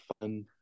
fun